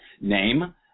name